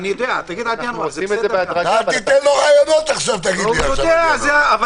אנחנו מתקשים לאכוף בתחום ה-1,000 מטר, אבל נקודת